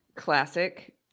Classic